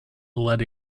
let